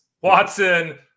watson